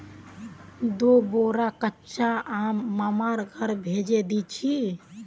दी बोरा कच्चा आम मामार घर भेजे दीछि